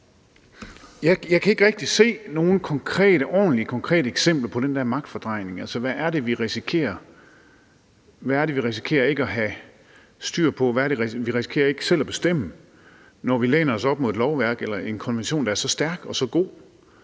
Jeg kan ikke rigtig se nogen ordentlige konkrete eksempler på den der magtfordrejning. Altså, hvad er det, vi risikerer ikke at have styr på? Hvad er det, vi risikerer ikke selv at bestemme, når vi læner os op ad et lovværk eller en konvention, der er så stærk, så god